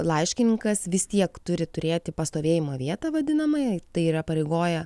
laiškininkas vis tiek turi turėti pastovėjimo vietą vadinamąją tai yra įpareigoja